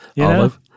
Olive